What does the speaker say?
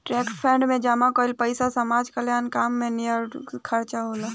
trust fund में जमा कईल पइसा समाज कल्याण के काम में नियमानुसार खर्चा होला